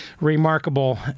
remarkable